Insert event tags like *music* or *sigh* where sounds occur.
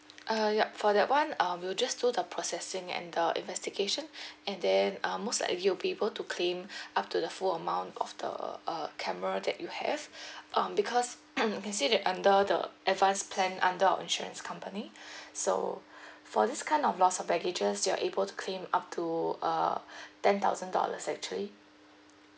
uh yup for that one um we'll just do the processing and the investigation *breath* and then uh most likely you'll be able to claim *breath* up to the full amount of the uh camera that you have *breath* um because *coughs* I can say that under the advance plan under our insurance company *breath* so *breath* for this kind of lost of baggages you're able to claim up to uh *breath* ten thousand dollars actually